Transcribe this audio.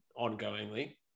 ongoingly